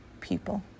people